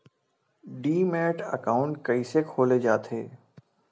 Demat account कइसे खोले जाथे?